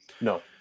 No